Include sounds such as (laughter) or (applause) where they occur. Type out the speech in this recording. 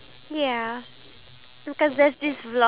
we can as well (laughs)